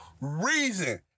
reason